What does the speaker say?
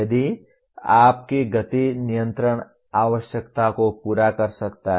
यह आपकी गति नियंत्रण आवश्यकता को पूरा कर सकता है